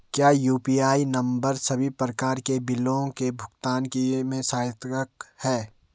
क्या UPI number सभी प्रकार के बिलों के भुगतान में सहायक हैं?